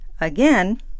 Again